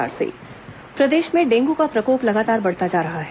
डेंग् प्रकोप प्रदेश में डेंगू का प्रकोप लगातार बढ़ता जा रहा है